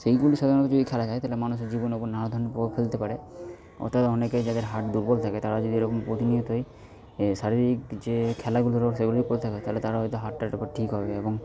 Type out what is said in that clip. সেইগুলো সাধারণত যদি খেলা হয় তা হলে মানুষের জীবনের উপর নানা ধরনের প্রভাব ফেলতে পারে অর্থাৎ অনেকেই যাদের হার্ট দুর্বল থাকে তারা যদি এ রকম প্রতিনিয়তই এই শারীরিক যে খেলাগুলো সেগুলি করে থাকে তা হলে তারা হয়তো হার্টটা একটু একটু করে ঠিক হবে এবং